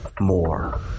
more